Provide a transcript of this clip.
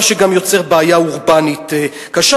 מה שגם יוצר בעיה אורבנית קשה,